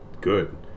good